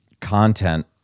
content